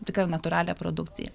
tikrą natūralią produkciją